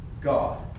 God